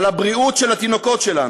על הבריאות של התינוקות שלנו.